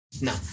No